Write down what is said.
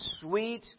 sweet